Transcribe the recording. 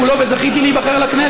צריך לתת לכם לדבר בעצרת.